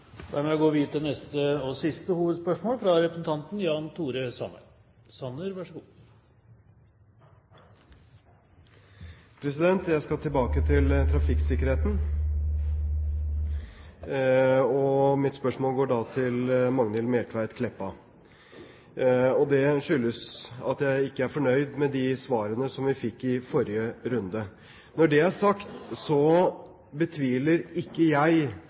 går videre til siste hovedspørsmål. Jeg skal tilbake til trafikksikkerheten, og mitt spørsmål går da til Magnhild Meltveit Kleppa. Det skyldes at jeg ikke er fornøyd med de svarene vi fikk i forrige runde. Når det er sagt, så betviler jeg ikke at statsråden blir fortvilet når ungdom drepes i trafikken eller når småbarnsfamilier blir hardt skadd eller drept i møteulykker. Jeg